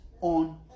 on